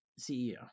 CEO